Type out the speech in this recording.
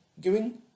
giving